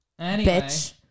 bitch